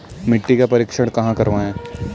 मिट्टी का परीक्षण कहाँ करवाएँ?